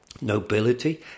Nobility